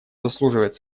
заслуживает